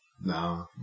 No